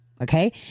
okay